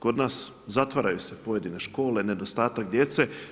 Kod nas zatvaraju se pojedine škole, nedostatak djece.